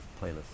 playlist